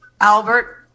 Albert